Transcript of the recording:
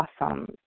awesome